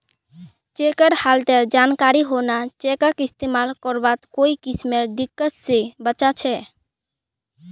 चेकेर हालतेर जानकारी होना चेकक इस्तेमाल करवात कोई किस्मेर दिक्कत से बचा छे